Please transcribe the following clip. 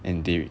and they would